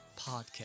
podcast